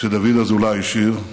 שדוד אזולאי השאיר: